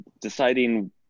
deciding